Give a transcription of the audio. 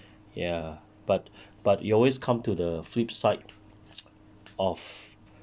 ya but but you always come to the flip side of